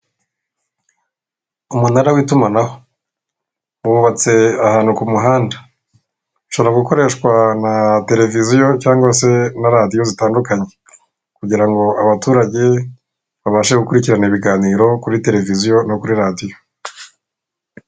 Umunara w'itumanaho, wubatse ahantu ku muhanda, ushobora gukoreshwa na televiziyo cyangwa se na radiyo zitandukanye kugira ngo abaturage babashe gukurikirana ibiganiro kuri televiziyo no kuri radiyo.